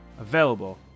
available